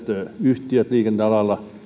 yhtiöt liikennealalla